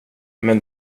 men